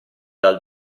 dal